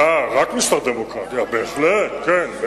הדמוקרטי בעזה שהם מסבירים לנו